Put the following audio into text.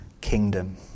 kingdom